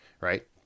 right